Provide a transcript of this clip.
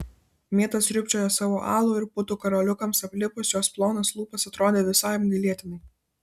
mėta sriubčiojo savo alų ir putų karoliukams aplipus jos plonas lūpas atrodė visai apgailėtinai